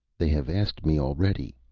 they have asked me already.